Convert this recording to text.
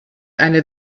eine